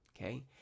Okay